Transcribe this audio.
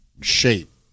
shape